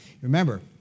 Remember